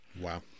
Wow